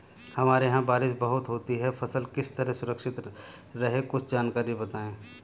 हमारे यहाँ बारिश बहुत होती है फसल किस तरह सुरक्षित रहे कुछ जानकारी बताएं?